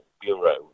bureau